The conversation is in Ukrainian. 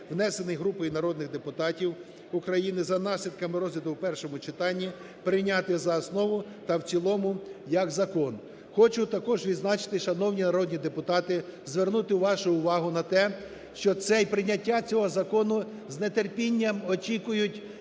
внесений групою народних депутатів України, за наслідками розгляду в першому читанні прийняти за основу та в цілому як закон. Хочу також відзначити, шановні народні депутати, звернути вашу вагу на те, що це й прийняття цього закону з нетерпінням очікують